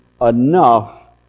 enough